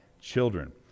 children